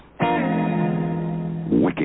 wicked